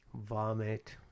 Vomit